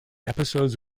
episodes